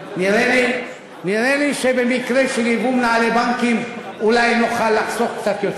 נראה לי שבמקרה של ייבוא מנהלי בנקים אולי נוכל לחסוך קצת יותר.